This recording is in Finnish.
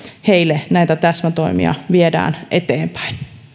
heille näitä täsmätoimia viedään eteenpäin